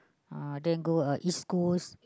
uh then go uh East-Coast